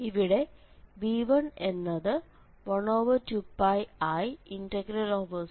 ഇവിടെ b1 എന്നത് 12πiCfzz z0 n1dzആണ്